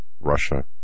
Russia